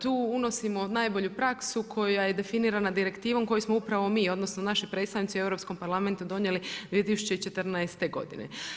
Tu unosimo najbolju praksu koja je definirana direktivom koju smo upravo mi, odnosno naši predstavnici u Europskom parlamentu donijeli 2014. godine.